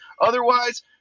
Otherwise